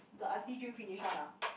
the auntie drink finish one lah